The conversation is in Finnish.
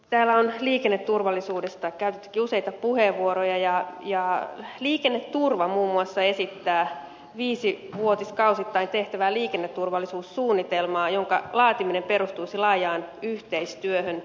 täällä on liikenneturvallisuudesta käytettykin useita puheenvuoroja ja liikenneturva muun muassa esittää viisivuotiskausittain tehtävää liikenneturvallisuussuunnitelmaa jonka laatiminen perustuisi laajaan yhteistyöhön